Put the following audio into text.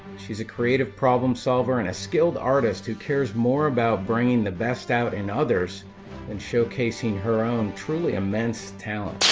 she's a creative problem solver and a skilled artist who cares more about bringing the best out in others and showcasing her own truly immense talent.